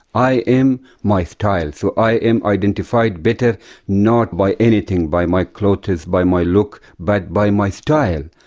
i am my style. so i am identified better not by anything by my clothes, by my look but by my style.